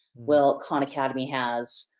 well, khan academy has,